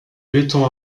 béton